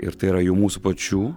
ir tai yra jau mūsų pačių